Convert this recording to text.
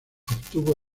obtuvo